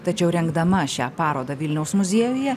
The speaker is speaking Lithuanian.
tačiau rengdama šią parodą vilniaus muziejuje